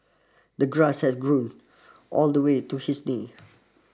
the grass had grown all the way to his knee